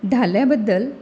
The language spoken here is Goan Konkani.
धाल्या बद्दल